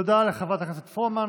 תודה לחברת הכנסת פרומן.